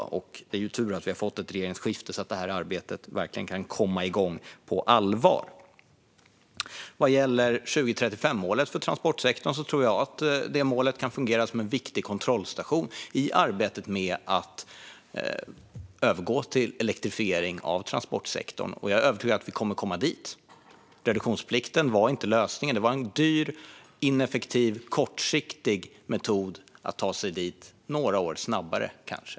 Det är tur att vi har fått ett regeringsskifte så att det arbetet verkligen kan komma igång på allvar. Vad gäller 2035-målet för transportsektorn tror jag att det målet kan fungera som en viktig kontrollstation i arbetet med att övergå till elektrifiering av transportsektorn. Jag är övertygad om att vi kommer att komma dit. Reduktionsplikten var inte lösningen. Det var en dyr, ineffektiv och kortsiktig metod att ta sig dit kanske några år snabbare.